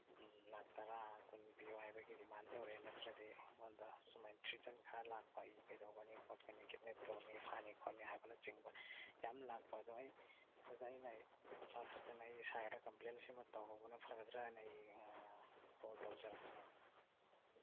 ꯎꯝ ꯂꯥꯛ ꯇꯔꯥ ꯀꯨꯟ ꯄꯤꯌꯨ ꯍꯥꯏꯕꯒꯤ ꯗꯤꯃꯥꯟ ꯇꯧꯔꯛꯑꯦ ꯅꯠꯇ꯭ꯔꯗꯤ ꯑꯩꯉꯣꯟꯗ ꯁꯨꯃꯥꯏꯅ ꯊ꯭ꯔꯦꯇꯟ ꯈꯔ ꯂꯥꯛꯄ ꯑꯩ ꯀꯩꯗꯧꯒꯅꯤ ꯈꯣꯠꯀꯅꯤ ꯀꯤꯠꯅꯦꯞ ꯇꯧꯅꯤ ꯐꯥꯅꯤ ꯈꯣꯠꯅꯤ ꯍꯥꯏꯕꯅꯆꯤꯡꯕ ꯌꯥꯝ ꯂꯥꯛꯄ ꯑꯗꯣ ꯑꯩ ꯑꯗꯨꯗ ꯑꯩꯅ ꯄꯥꯈꯠꯇꯅ ꯑꯩ ꯁꯥꯔꯗ ꯀꯝꯄ꯭ꯂꯦꯝ ꯁꯤꯃ ꯇꯧꯍꯧꯕꯅ ꯐꯒꯗ꯭ꯔꯥꯅ ꯑꯩ ꯑꯥ ꯀꯣꯜ ꯇꯧꯖꯔꯛꯄꯅꯦ